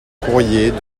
courrier